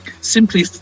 Simply